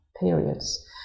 periods